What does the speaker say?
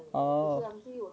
oh